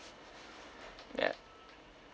ya